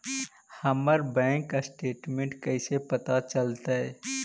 हमर bank statement कैसे पता चलतै?